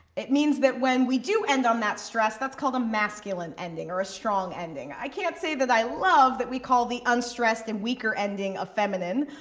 it means that when we do end on that stress, that's called a masculine ending or a strong ending. i can't say that i love that we call the unstressed and weaker ending a feminine,